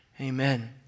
Amen